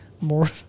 More